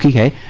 da